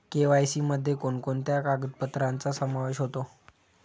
KYC मध्ये कोणकोणत्या कागदपत्रांचा समावेश होतो?